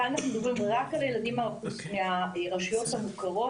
כאן אנחנו מדברים רק על אוכלוסייה ברשויות המוכרות.